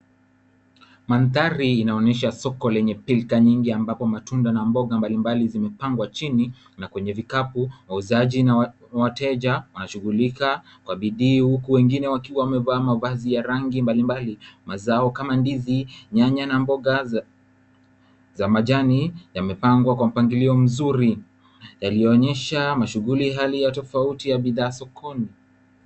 Mandhari inaonyesha soko lenye pilka nyingi ambapo matunda na mboga mbalimbali zimepangwa chini na kwenye vikapu. Wauzaji na wateja wanashughulika kwa bidii huku wengine wakiwa wamevaa mavazi ya rangi mbalimbali. Mazao kama ndizi, nyanya na mboga za majani yamepangwa kwa mpangilio mzuri yaliyoonyesha mashughuli ya hali tofauti ya bidhaa sokoni.